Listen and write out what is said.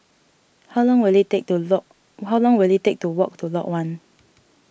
how long will it take to lock how long will it take to walk to Lot one